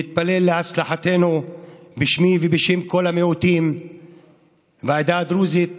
נתפלל להצלחתנו בשמי ובשם כל המיעוטים והעדה הדרוזית כולה.